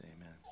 amen